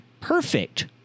perfect